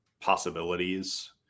possibilities